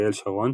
אריאל שרון,